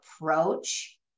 approach